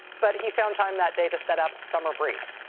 but he found time that day to set up summerbreeze.